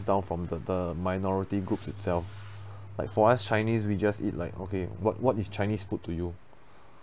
down from the the minority group itself like for us chinese we just eat like okay what what is chinese food to you